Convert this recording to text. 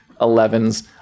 Elevens